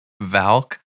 Valk